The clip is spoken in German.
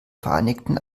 vereinigten